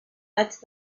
haig